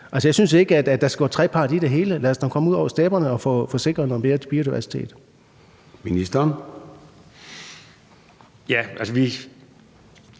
Jeg synes ikke, at der skal gå trepart i det hele. Lad os nu komme ud over stepperne og få sikret noget mere biodiversitet. Kl.